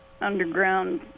underground